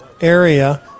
area